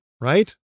right